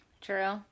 True